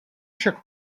však